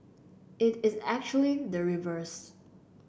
it is actually the reverse